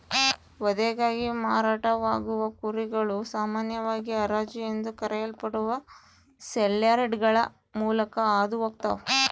ವಧೆಗಾಗಿ ಮಾರಾಟವಾಗುವ ಕುರಿಗಳು ಸಾಮಾನ್ಯವಾಗಿ ಹರಾಜು ಎಂದು ಕರೆಯಲ್ಪಡುವ ಸೇಲ್ಯಾರ್ಡ್ಗಳ ಮೂಲಕ ಹಾದು ಹೋಗ್ತವ